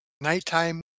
nighttime